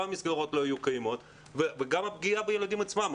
גם המסגרות לא יהיו קיימות וגם הפגיעה בילדים עצמם.